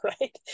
right